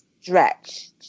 stretched